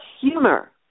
humor